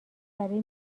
برای